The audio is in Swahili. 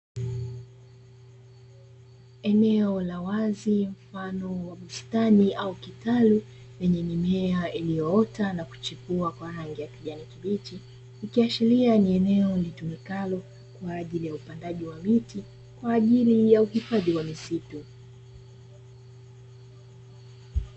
Eneo la wazi mfano wa bustani au kitalu, lenye mimea iliyoota na kuchipua kwa rangi ya kijani kibichi, ikiashiriia ni eneo litumikalo kwa ajili ya upandaji wa miti, kwa ajili ya uhifadhi wa misitu.